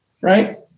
right